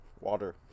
Water